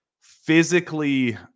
physically